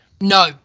No